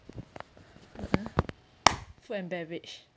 wait ah food and beverage